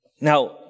Now